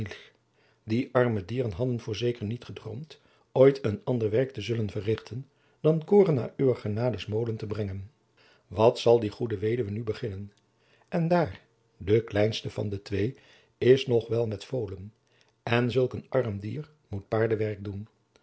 die arme dieren hadden voorzeker niet gedroomd ooit een ander werk te zullen verrichten dan koren naar uwer genades molen te brengen wat zal die goede weduwe nu beginnen en daar de kleinste van de twee is nog wel met volen en zulk een arm dier moet paardenwerk doen